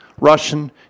Russian